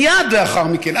מייד לאחר מכן,